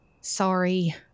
sorry